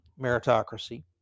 meritocracy